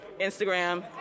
Instagram